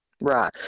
right